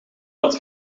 dat